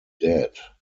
dead